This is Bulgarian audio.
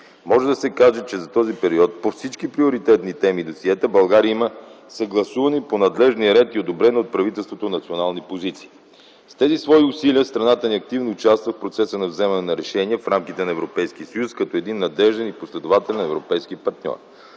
Може да се каже, че за този период по всички приоритетни теми и досиета България има съгласувани по надлежния ред и одобрени от правителството национални позиции. С тези свои усилия страната ни активно участва в процеса на вземане на решения в рамките на Европейския съюз като един надежден и последователен европейски партньор.